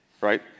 right